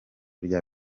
rya